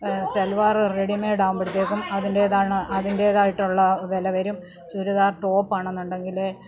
salwar readymade ആകുമ്പഴേത്തേക്കും അതിൻ്റെതാണ് അതിൻ്റെതായിട്ടുള്ള വില വരും ചുരിദാർ ടോപ്പ് ആണെന്നുണ്ടെങ്കില്